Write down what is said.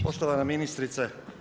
Poštovana ministrice.